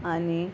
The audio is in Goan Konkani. आनी